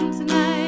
tonight